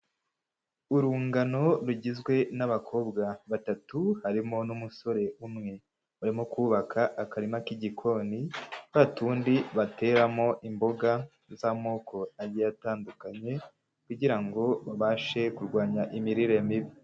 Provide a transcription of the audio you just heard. Urungano rugizwe n'abakobwa batatu harimo n'umusore umwe. Barimo kubaka akarima k'igikoni twa tundi bateramo imboga z'amoko agiye atandukanye, kugira ngo babashe kurwanya imirire mibi.